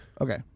Okay